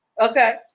Okay